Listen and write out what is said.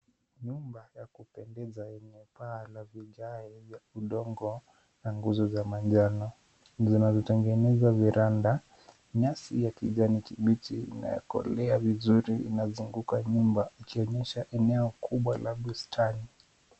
Nyumba ya kupendeza yenye paa la vijae vya udongo na nguzo za manjano zinazotengeneza viranda. Nyasi ya kijani kibichi inayokolea vizuri inazunguka nyumba ikionyesha eneo kubwa la bustani.